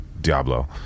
Diablo